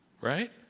right